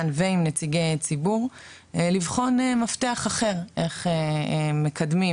ועם נציגי ציבור לבחון מפתח אחר איך מקדמים,